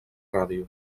ràdio